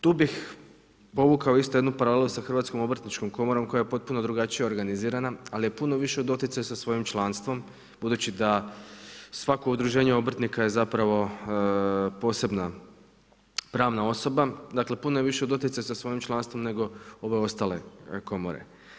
Tu bih povukao jednu paralelu sa Hrvatskom obrtničkom komorom koja je potpuno drugačije organizirana, ali je puno više u doticaju sa svojim članstvom, budući da svako udruženje obrtnika je zapravo posebna pravna osoba, dakle puno je više u doticaju sa svojim članstvom nego ove ostale komore.